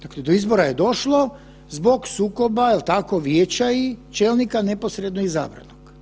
Dakle, do izbora je došlo do sukoba, jel tako, vijeća i čelnika neposredno izabranog.